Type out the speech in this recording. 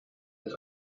mit